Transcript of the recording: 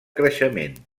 creixement